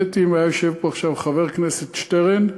לפי דעתי, אם היה יושב פה עכשיו חבר הכנסת שטרן,